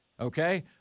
okay